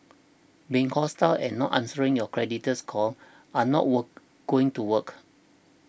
being hostile and not answering your creditor's call are not work going to work